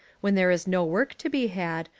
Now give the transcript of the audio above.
when there is no work to be had,